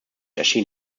erschien